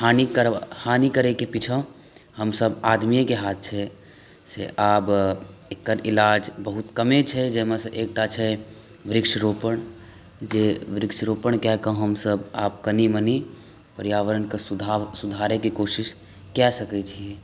हानि करै हानि करै के पीछाँ हमसभ आदमियके हाथ छै से आब एकर इलाज बहुत कमे छै जाहिमे से एकटा छै वृक्षरोपण जे वृक्षरोपण कए कऽ हमसभ आब कनि मनि पर्यावरणके सुधार सुधारयके कोशिश कए सकै छियै